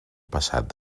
passat